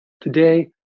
Today